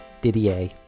Didier